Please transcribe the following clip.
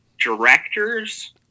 directors